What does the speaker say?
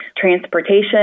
transportation